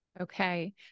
Okay